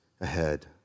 ahead